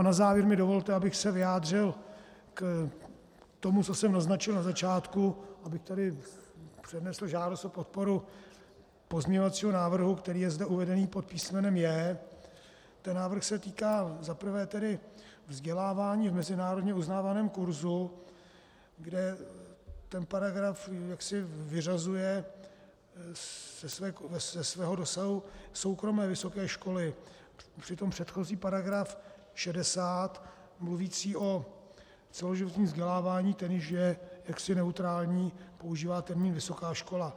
Na závěr mi dovolte, abych se vyjádřil k tomu, co jsem naznačil na začátku, abych tady přednesl žádost o podporu pozměňovacího návrhu, který je zde uveden pod písmenem J. Ten návrh se týká, za prvé tedy, vzdělávání v mezinárodně uznávaném kurzu, kde ten paragraf jaksi vyřazuje ze svého dosahu soukromé vysoké školy, přitom předchozí paragraf 60 mluvící o celoživotním vzdělávání, ten již je jaksi neutrální a používá termín vysoká škola.